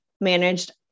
managed